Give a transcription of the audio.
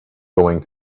going